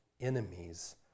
enemies